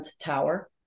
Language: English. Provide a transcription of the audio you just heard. tower